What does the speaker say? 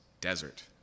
desert